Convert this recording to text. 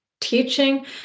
teaching